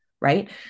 right